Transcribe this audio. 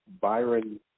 Byron